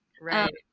Right